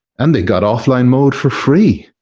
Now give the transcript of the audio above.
and they got offline mode for free.